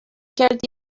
کرد